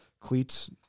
cleats